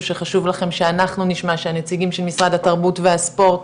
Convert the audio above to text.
שחשוב לכם שאנחנו נשמע שהנציגים של משרד התרבות והספורט,